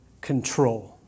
control